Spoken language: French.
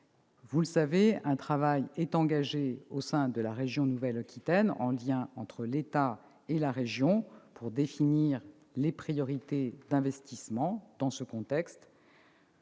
Vous le savez, un travail est engagé au sein de la région Nouvelle-Aquitaine, en lien avec l'État, pour définir les priorités d'investissement dans ce contexte.